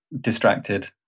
distracted